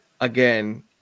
again